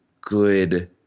good